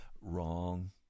Wrong